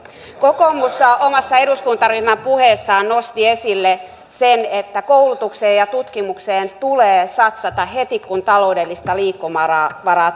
kokoomushan omassa eduskuntaryhmän puheessaan nosti esille sen että koulutukseen ja tutkimukseen tulee satsata heti kun taloudellista liikkumavaraa